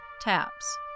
taps